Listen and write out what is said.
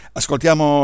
ascoltiamo